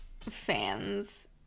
fans